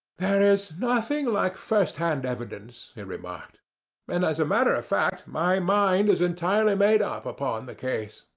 there is nothing like first hand evidence, he remarked and as a matter of fact, my mind is entirely made up upon the case,